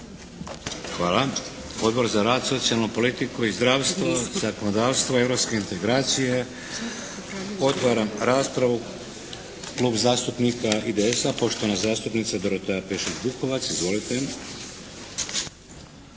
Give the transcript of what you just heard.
Hvala. Odbor za rad, socijalnu politiku i zdravstvo, zakonodavstvo, europske integracije. Otvaram raspravu. Klub zastupnika IDS-a, poštovana zastupnica Dorotea Pešić-Bukovac. Izvolite.